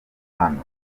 hano